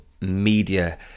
media